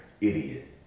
idiot